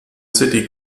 city